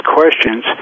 questions